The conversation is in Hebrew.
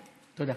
תודה.